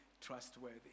trustworthy